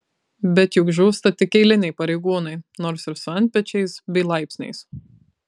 bet juk žūsta tik eiliniai pareigūnai nors ir su antpečiais bei laipsniais